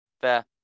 Fair